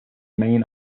main